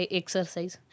exercise